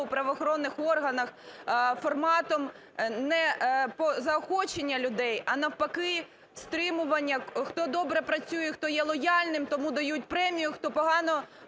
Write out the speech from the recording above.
у правоохоронних форматом не по заохоченню людей, а навпаки, стримування: хто добре працює, хто є лояльним, тому дають премію; хто погано